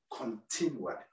continually